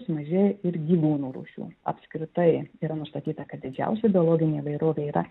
sumažėja ir gyvūnų rūšių apskritai yra nustatyta kad didžiausia biologinė įvairovė yra